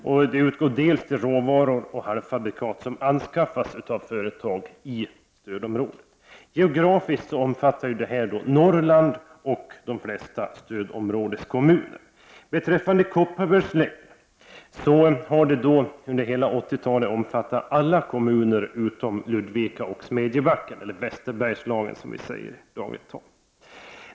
Stödet utgår också till råvaror och halvfabrikat som anskaffas av företag inom stödområdet. Geografiskt omfattar detta Norrland och de flesta stödområdeskommuner. Ludvika och Smedjebacken — eller Västerbergslagen som vi säger i dagligt tal.